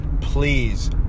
please